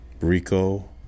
Rico